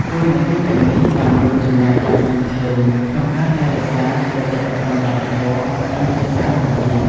តួនាទីទាំងនេះបានរួមចំណែកយ៉ាងធំធេងក្នុងការថែរក្សាបេតិកភណ្ឌវប្បធម៌ និងភាសារបស់ជាតិ។